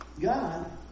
God